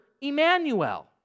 Emmanuel